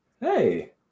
hey